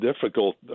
difficult